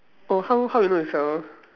oh how how you know is twelve